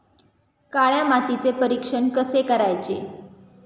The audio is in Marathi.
काळ्या मातीचे परीक्षण कसे करायचे?